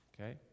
Okay